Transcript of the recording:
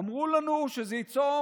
אמרו לנו שזה ייצור